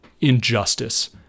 injustice